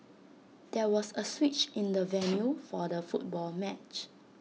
there was A switch in the venue for the football match